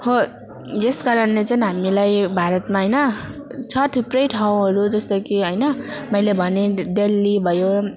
हो यस कारणले चाहिँ हामीलाई भारतमा होइन छ थुप्रै ठाउँहरू जस्तो कि होइन मैले भने दे देल्ली भयो